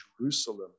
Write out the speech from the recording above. Jerusalem